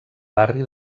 barri